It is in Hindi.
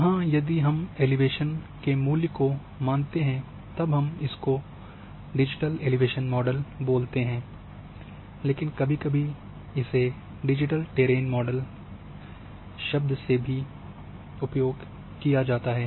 यहाँ यदि हम एलिवेशन के मूल्य को मानते हैं तब हम इसको डिजिटल एलिवेशन मॉडल बोलते हैं लेकिन कभी कभी लोग डिजिटल टेरेन मॉडल शब्द का उपयोग भी करते हैं